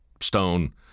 stone